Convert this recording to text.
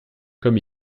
comme